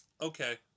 Okay